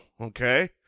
Okay